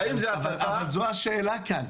האם זה הצתה --- אבל זו השאלה כאן.